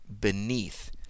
beneath